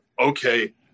okay